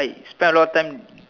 I spend a lot of time